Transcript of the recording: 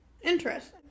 Interesting